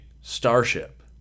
starship